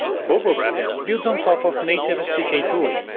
bubblewrap builds on top of native sdk tooling.